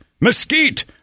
mesquite